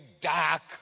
dark